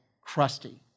crusty